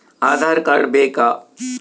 Aadhaar card ಬೇಕಾ?